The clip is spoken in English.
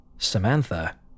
Samantha